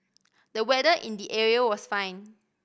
the weather in the area was fine